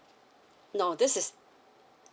no this is